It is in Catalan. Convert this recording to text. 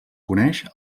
coneix